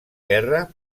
guerra